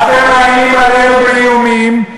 אתם מאיימים עלינו איומים,